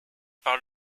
par